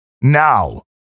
now